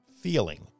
feeling